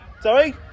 Sorry